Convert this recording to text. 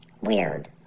Weird